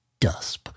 Dusp